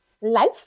life